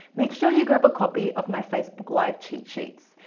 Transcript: make sure you grab a copy of my facebook live cheat sheets.